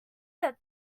that